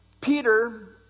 Peter